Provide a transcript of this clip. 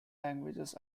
languages